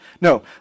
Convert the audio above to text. No